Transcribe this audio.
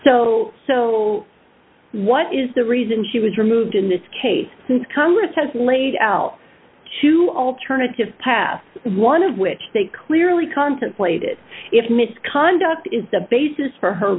so so what is the reason she was removed in this case since congress has laid out two alternative paths one of which they clearly contemplated if misconduct is the basis for her